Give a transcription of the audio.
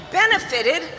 benefited